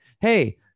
Hey